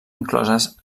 incloses